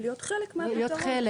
להיות חלק מהפתרון,